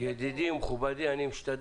ידידי ומכובדי, אני משתדל.